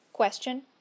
Question